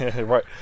right